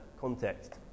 context